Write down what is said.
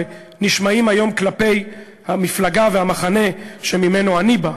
ונשמעים היום כלפי המפלגה והמחנה שממנו אני בא,